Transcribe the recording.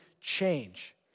change